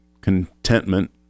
contentment